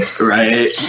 Right